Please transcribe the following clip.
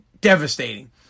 Devastating